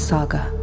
Saga